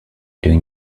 doing